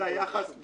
זה היחס,